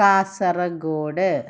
Kasaragod